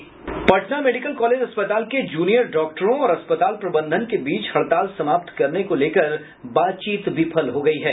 Patna medical college अस्पताल के junior डॉक्टरों और अस्पताल प्रबंधन के बीच हड़ताल समाप्त करने को लेकर बातचीत विफल हो गयी है